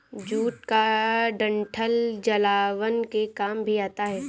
jute का डंठल जलावन के काम भी आता है